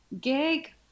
gig